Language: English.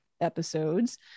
episodes